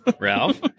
Ralph